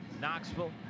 knoxville